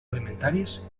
alimentaris